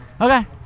Okay